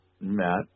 Matt